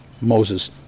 Moses